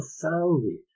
profoundly